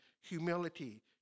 humility